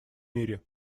мире